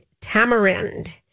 Tamarind